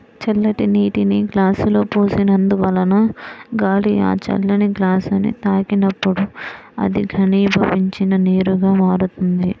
చల్లటి నీటిని గ్లాసులో పోసినందువలన గాలి ఆ చల్లని గ్లాసుని తాకినప్పుడు అది ఘనీభవించిన నీరుగా మారుతుంది